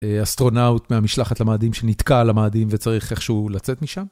אסטרונאוט מהמשלחת למאדים שנתקע על המאדים וצריך איכשהו לצאת משם